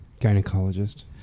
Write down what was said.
Gynecologist